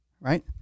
right